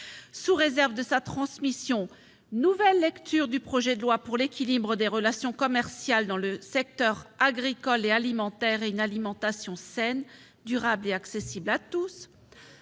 Sous réserve de sa transmission, nouvelle lecture du projet de loi pour l'équilibre des relations commerciales dans le secteur agricole et alimentaire et une alimentation saine, durable et accessible à tous